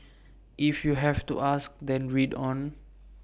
if you have to ask then read on